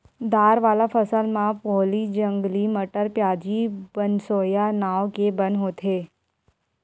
दार वाला फसल म पोहली, जंगली मटर, प्याजी, बनसोया नांव के बन होथे